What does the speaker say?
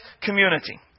community